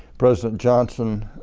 president johnson